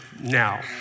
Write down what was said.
now